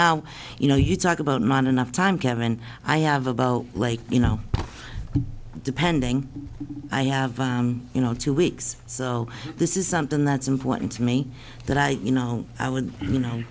now you know you talk about not enough time kev and i have about like you know depending i have you know two weeks so this is something that's important to me that i you know i would you know